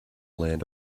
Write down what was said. land